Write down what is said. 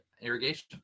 irrigation